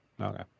Okay